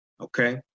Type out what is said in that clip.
okay